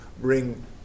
bring